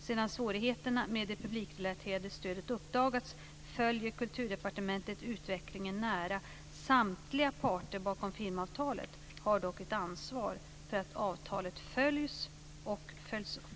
Sedan svårigheterna med det publikrelaterade stödet uppdagats följer Kulturdepartementet utvecklingen nära. Samtliga parter bakom filmavtalet har dock ett ansvar för att avtalet följs och följs upp.